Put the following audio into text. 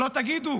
שלא תגידו